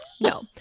No